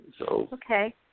okay